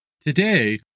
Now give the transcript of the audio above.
Today